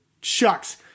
shucks